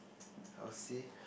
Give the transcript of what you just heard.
how to say